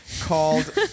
called